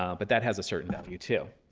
um but that has a certain value too.